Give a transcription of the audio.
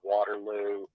Waterloo